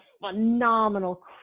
phenomenal